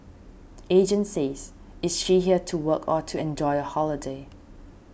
agent says is she here to work or to enjoy a holiday